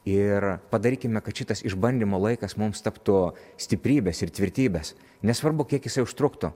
ir padarykime kad šitas išbandymo laikas mums taptų stiprybės ir tvirtybės nesvarbu kiek jisai užtruktų